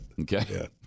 Okay